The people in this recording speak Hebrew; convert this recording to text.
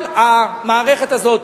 אבל המערכת הזאת,